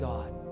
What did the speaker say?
God